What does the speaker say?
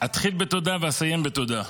אתחיל בתודה ואסיים בתודה.